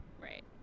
Right